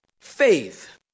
Faith